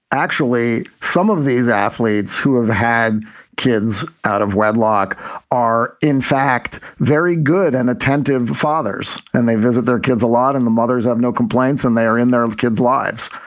actually, some of these athletes who have had kids out of wedlock are, in fact, very good and attentive fathers. and they visit their kids a lot and the mothers have no complaints and they are in their kids lives.